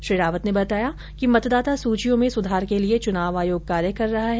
श्री रावत ने बताया कि मतदाता सूचियों में सुधार के लिए चुनाव आयोग कार्य कर रहा है